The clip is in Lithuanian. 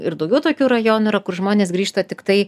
ir daugiau tokių rajonų yra kur žmonės grįžta tiktai